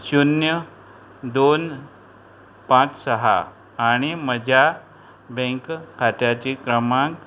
शुन्य दोन पांच सहा आणी म्हज्या बँक खात्याची क्रमांक